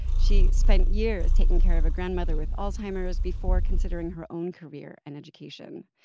she spent years taking care of a grandmother with alzheimer's before considering her own career and education.